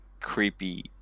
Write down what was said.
creepy